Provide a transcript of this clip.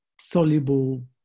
soluble